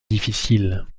difficiles